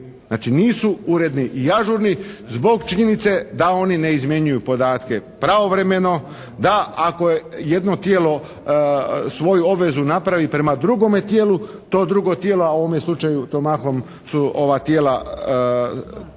Znači nisu uredni i ažurni zbog činjenice da oni ne izmjenjuju podatke pravovremeno. Da ako jedno tijelo svoju obvezu napravi prema drugome tijelu to drugo tijelo a u ovome slučaju to mahom su ova tijela